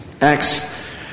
Acts